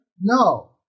No